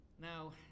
Now